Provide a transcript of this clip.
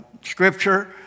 scripture